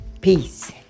Peace